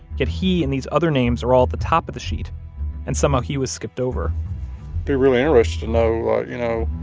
yet he and these other names are all at the top of the sheet and somehow he was skipped over it'd be really interesting to know, you know,